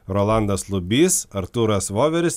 rolandas lubys artūras voveris